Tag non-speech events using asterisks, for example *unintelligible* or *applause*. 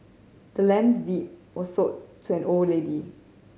the land's deed was sold to *unintelligible* old lady